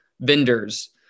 vendors